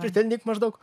pritildyk maždaug